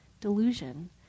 delusion